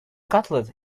cutlet